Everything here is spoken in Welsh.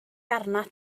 arnat